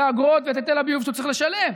האגרות ואת היטל הביוב שהוא צריך לשלם.